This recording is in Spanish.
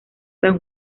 san